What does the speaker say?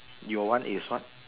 your one is what